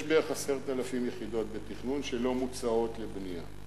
יש בערך 10,000 יחידות לתכנון שלא מוצעות לבנייה.